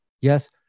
Yes